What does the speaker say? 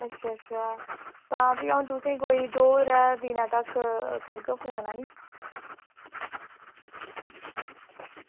अच्छा अच्छा तां फ्ही अं'ऊ तुसें कोई दो त्रै दिनें तक करगा फोन हैनी